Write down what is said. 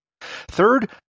Third